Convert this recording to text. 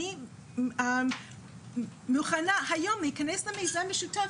ואני מוכנה להיכנס היום עם מישהו למיזם משותף,